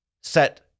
set